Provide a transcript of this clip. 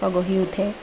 গঢ়ি উঠে